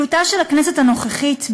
הכנסת הנוכחית,